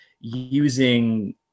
Using